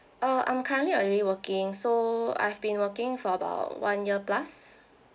uh I'm currently already working so I've been working for about one year plus